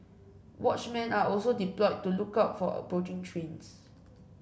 watchmen are also deployed to look out for approaching trains